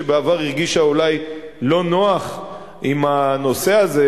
שבעבר הרגישה אולי לא נוח עם הנושא הזה,